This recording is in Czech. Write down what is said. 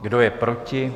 Kdo je proti?